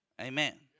Amen